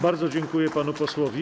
Bardzo dziękuję panu posłowi.